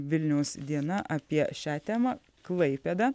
vilniaus diena apie šią temą klaipėda